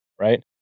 right